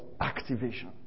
Activation